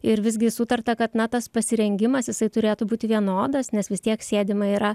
ir visgi sutarta kad na tas pasirengimas jisai turėtų būti vienodas nes vis tiek sėdima yra